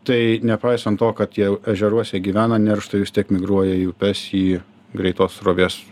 tai nepaisant to kad ežeruose gyvena nerštui vis tiek migruoja į upes į greitos srovės